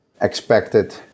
expected